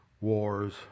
wars